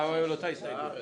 הצעה 65 של קבוצת סיעת יש עתיד?